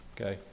Okay